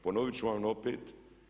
Ponovit ću vam opet.